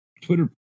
Twitter